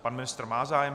Pan ministr má zájem.